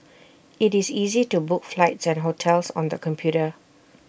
IT is easy to book flights and hotels on the computer